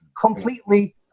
completely